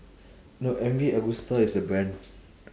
no M V agusta is a brand